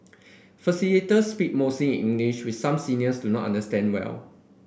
facilitators speak mostly in English which some seniors do not understand well